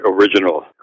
original